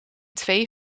twee